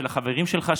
של החברים שלך,